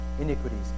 iniquities